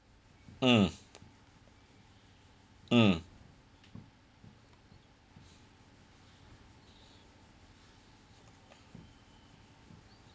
mm mm